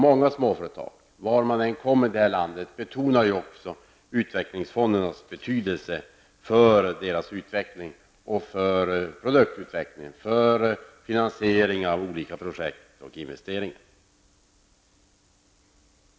Många småföretag, var man än kommer i landet, betonar ju också utvecklingsfondernas betydelse för deras utveckling i fråga om produktutveckling, finansiering av olika projekt och investeringar.